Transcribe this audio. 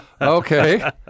okay